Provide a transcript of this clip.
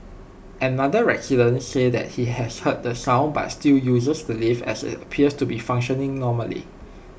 another resident said that he has heard the sound but still uses the lift as IT appears to be functioning normally